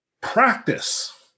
practice